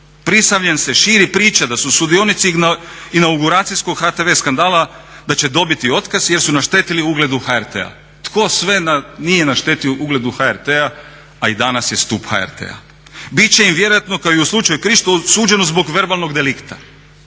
Prisavljem se širi priča da su sudionici inauguracijskog HTV skandala da će dobiti otkaz jer su naštetili ugledu HRT-a. Tko sve nije naštetio ugledu HRT-a a i danas je stup HRT-a? Bit će im vjerojatno kao i u slučaju Krišto suđeno zbog verbalnog delikta.